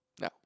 No